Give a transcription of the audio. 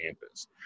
campus